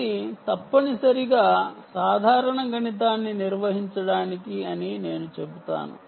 RISC తప్పనిసరిగా సాధారణ గణితాన్ని నిర్వహించడానికి అని నేను చెబుతాను